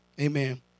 Amen